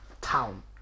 town